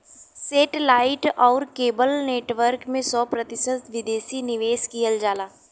सेटे light आउर cable network में सौ प्रतिशत विदेशी निवेश किहल जाला